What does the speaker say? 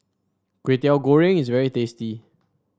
Kway Teow Goreng is very tasty